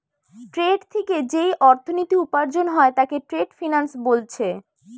trade থিকে যেই অর্থনীতি উপার্জন হয় তাকে ট্রেড ফিন্যান্স বোলছে